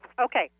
Okay